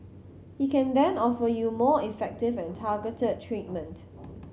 he can then offer you more effective and targeted treatment